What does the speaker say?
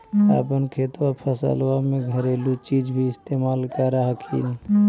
अपने खेतबा फसल्बा मे घरेलू चीज भी इस्तेमल कर हखिन?